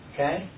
Okay